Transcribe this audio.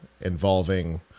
involving